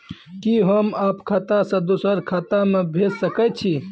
कि होम आप खाता सं दूसर खाता मे भेज सकै छी?